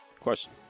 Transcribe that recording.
question